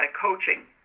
coaching